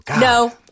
No